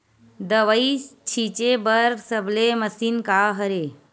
दवाई छिंचे बर सबले मशीन का हरे?